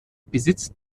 besitz